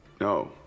no